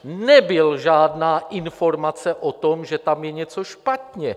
Nebyla žádná informace o tom, že tam je něco špatně.